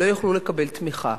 לא יוכלו לקבל תמיכה,